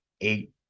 eight